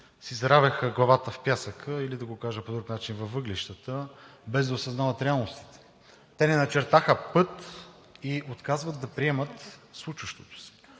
си заравяха главата в пясъка или да го кажа по друг начин – във въглищата, без да осъзнават реалностите. Те не начертаха път и отказват да приемат случващото се.